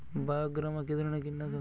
বায়োগ্রামা কিধরনের কীটনাশক?